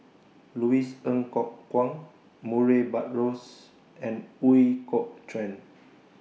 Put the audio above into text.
Louis Ng Kok Kwang Murray Buttrose and Ooi Kok Chuen